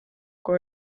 kui